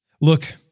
Look